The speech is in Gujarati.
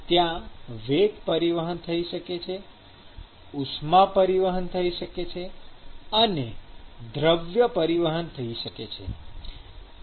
ત્યાં વેગ પરિવહન થઈ શકે છે ઉષ્મા પરિવહન થઈ શકે છે અથવા દ્રવ્ય પરિવહન થઈ શકે છે